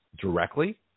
directly